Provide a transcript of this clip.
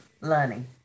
learning